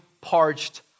parched